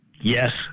Yes